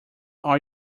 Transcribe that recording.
are